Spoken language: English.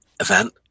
event